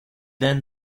then